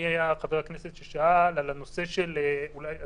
מי היה חבר הכנסת ששאל אולי אתה,